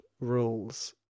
rules